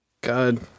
God